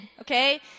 okay